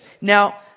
Now